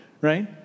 right